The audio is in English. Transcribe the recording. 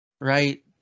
Right